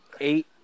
Eight